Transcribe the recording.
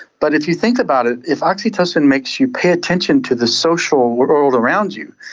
but if you think about it, if oxytocin makes you pay attention to the social world around you,